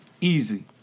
Easy